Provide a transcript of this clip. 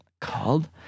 called